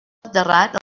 enterrat